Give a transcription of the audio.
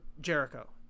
Jericho